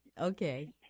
Okay